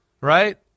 right